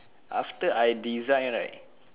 after I design right